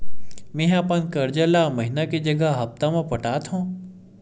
मेंहा अपन कर्जा ला महीना के जगह हप्ता मा पटात हव